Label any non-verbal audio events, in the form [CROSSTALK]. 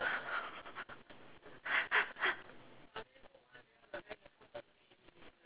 [LAUGHS]